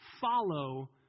follow